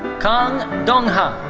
kang dongha.